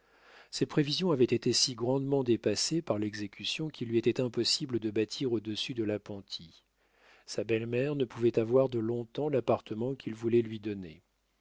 ses prévisions avaient été si grandement dépassées par l'exécution qu'il lui était impossible de bâtir au-dessus de l'appentis sa belle-mère ne pouvait avoir de long-temps l'appartement qu'il voulait lui donner